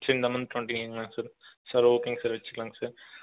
sir இந்த month twenty ங்களா sir ஓகேங்க சார் வச்சுகுலாங்க சார்